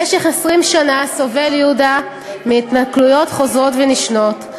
אולי במשך 20 שנה סובל יהודה מהתנכלויות חוזרות ונשנות,